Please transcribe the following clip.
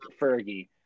Fergie